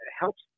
helps